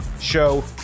show